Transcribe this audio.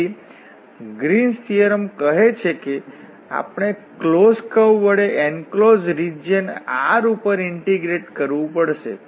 તેથી Green's theorem કહે છે કે આપણે ક્લોસ્ડ કર્વ વડે એનક્લોસ્ડ રિજીયન R ઉપર ઇન્ટીગ્રેટ કરવું પડશે